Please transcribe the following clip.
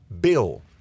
bill